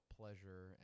pleasure